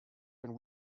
been